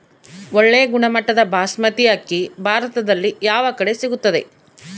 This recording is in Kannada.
ಒಳ್ಳೆ ಗುಣಮಟ್ಟದ ಬಾಸ್ಮತಿ ಅಕ್ಕಿ ಭಾರತದಲ್ಲಿ ಯಾವ ಕಡೆ ಸಿಗುತ್ತದೆ?